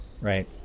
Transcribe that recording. right